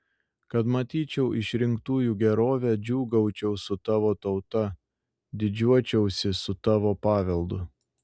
kad matyčiau išrinktųjų gerovę džiūgaučiau su tavo tauta didžiuočiausi su tavo paveldu